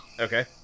Okay